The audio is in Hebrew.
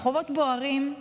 הרחובות בוערים: